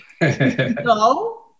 No